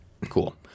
Cool